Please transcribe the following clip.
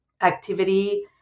activity